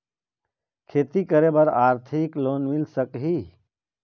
खेती करे बर आरथिक लोन मिल सकही?